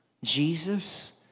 Jesus